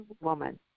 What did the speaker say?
woman